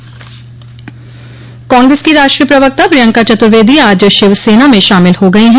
कांग्रेस की राष्ट्रीय प्रवक्ता प्रियंका चतुर्वेदी आज शिवसेना में शामिल हो गयी हैं